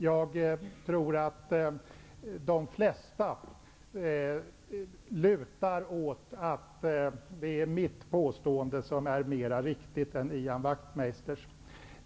Jag tror att de flesta lutar åt att mitt påstående är mera riktigt än Ian Wachtmeisters.